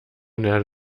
der